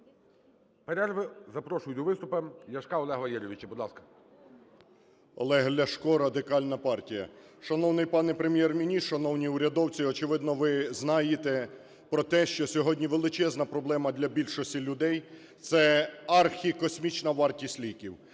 перерви запрошую до виступу Ляшка Олега Валерійовича. Будь ласка. 11:16:36 ЛЯШКО О.В. Олег Ляшко, Радикальна партія. Шановний пане Прем'єр-міністр, шановні урядовці, очевидно, ви знаєте про те, що сьогодні величезна проблема для більшості людей – це архікосмічна вартість ліків.